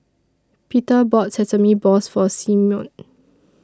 Peter bought Sesame Balls For Simeon